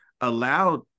allowed